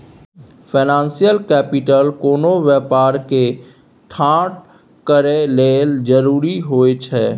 financial capital कोनो व्यापार के ठाढ़ करए लेल जरूरी होइ छइ